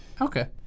Okay